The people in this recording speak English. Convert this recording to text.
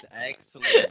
Excellent